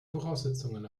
voraussetzungen